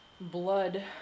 blood